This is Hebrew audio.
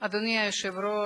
אדוני היושב-ראש,